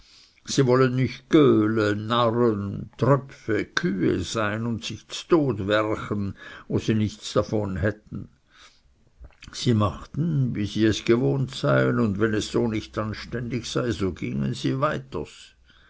sie wollen nicht göhle narren tröpfe kühe sein und sich ztod werchen wo sie nichts davon hätten sie machten wie sie es gewohnt seien und wenn es so nicht anständig sei so gingen sie weiters